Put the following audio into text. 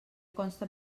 consta